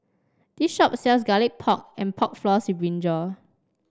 this shop sells Garlic Pork and Pork Floss Brinjal